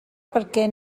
perquè